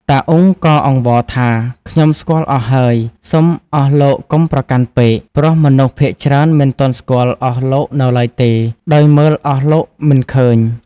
តាអ៊ុងក៏អង្វរថា "ខ្ញុំស្គាល់អស់ហើយ សុំអស់លោកកុំប្រកាន់ពេក ព្រោះមនុស្សភាគច្រើនមិនទាន់ស្គាល់អស់លោកនៅឡើយទេ ដោយមើលអស់លោកមិនឃើញ